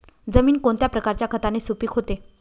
जमीन कोणत्या प्रकारच्या खताने सुपिक होते?